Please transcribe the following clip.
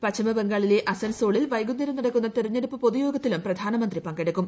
പശ്ചിമ ബംഗാളിലെ അസൻസോളിൽ വൈകുന്നേരം നടക്കുന്ന തിരഞ്ഞെടുപ്പ് പൊതുയോഗത്തിലും പ്രധാനമന്ത്രി പങ്കെടുക്കും